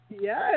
Yes